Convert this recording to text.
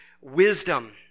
wisdom